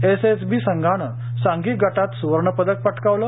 SSB संघानं सांघिक गटात सुवर्णपदक पटकावलं